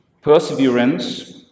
Perseverance